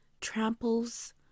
tramples